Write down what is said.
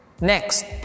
Next